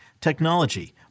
technology